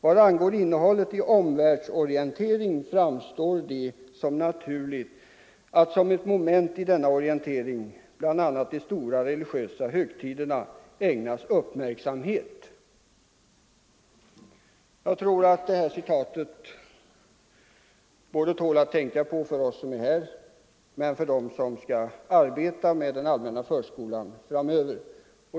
Vad angår innehållet i omvärldsorienteringen framstår det som naturligt att som ett moment i denna orientering bl.a. de stora religiösa högtiderna ägnas uppmärksamhet.” Jag tror att detta tål att tänka på både av oss som är här och av dem som skall arbeta med den allmänna förskolan framöver.